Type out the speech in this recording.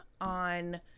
On